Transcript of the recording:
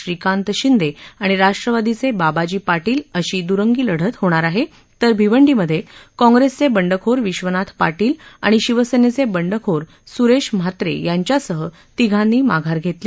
श्रीकांत शिंदे आणि राष्ट्रवादीचे बाबाजी पाटील अशी द्रंगी लढत होणार आहे तर भिवंडीमध्ये काँग्रेसचे बंडखोर विश्वनाथ पाटील आणि शिवसेनेचे बंडखोर बाळया मामा उर्फ स्रेश म्हात्रे यांच्यासह तिघांनी माघार घेतली